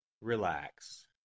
Relax